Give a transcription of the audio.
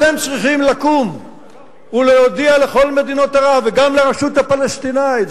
אתם צריכים לקום ולהודיע לכל מדינות ערב וגם לרשות הפלסטינית,